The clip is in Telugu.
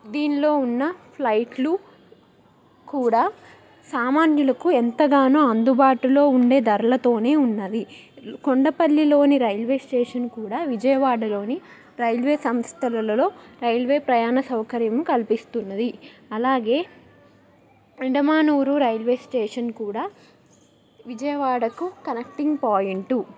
దీనిలో ఉన్న ఫ్లైట్లు కూడా సామాన్యులకు ఎంతగానో అందుబాటులో ఉండే ధరలతోనే ఉన్నది కొండపల్లిలోని రైల్వే స్టేషన్ కూడా విజయవాడలోని రైల్వే సంస్థలలో రైల్వే ప్రయాణ సౌకర్యం కల్పిస్తున్నది అలాగే అండమానూరు రైల్వే స్టేషన్ కూడా విజయవాడకు కనెక్టింగ్ పాయింటు